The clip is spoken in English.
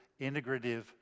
integrative